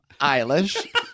Eilish